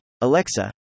Alexa